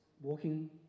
walking